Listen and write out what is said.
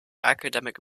academic